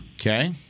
Okay